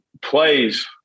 plays